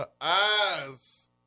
eyes